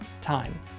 time